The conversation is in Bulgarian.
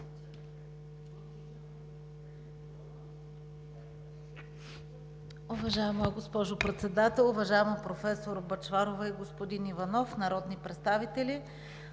Уважаема госпожо Председател, уважаеми професор Бъчварова и господин Иванов, народни представители!